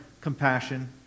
compassion